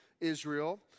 Israel